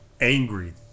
angry